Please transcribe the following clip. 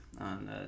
on